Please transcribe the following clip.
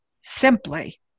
simply